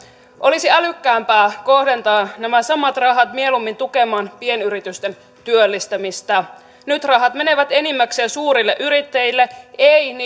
olisi älykkäämpää kohdentaa nämä samat rahat mieluummin tukemaan pienyritysten työllistämistä nyt rahat menevät enimmäkseen suurille yrittäjille ei